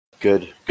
Good